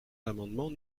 l’amendement